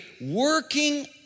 working